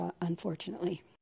unfortunately